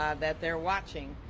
um that they are watching,